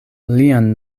lian